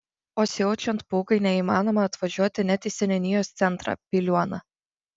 o siaučiant pūgai neįmanoma atvažiuoti net į seniūnijos centrą piliuoną